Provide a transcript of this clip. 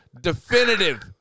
Definitive